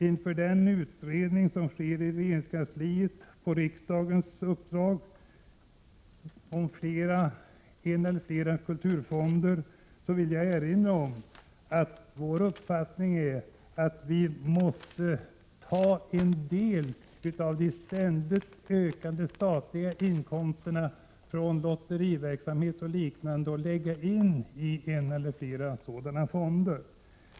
Inför den utredning som sker i regeringskansliet på riksdagens uppdrag om inrättandet av en eller flera kulturfonder vill vi erinra om vår uppfattning att en del av de ständigt ökande statliga inkomsterna från lotteriverksamhet och liknande borde läggas in i en eller flera sådana fonder.